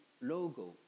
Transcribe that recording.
logo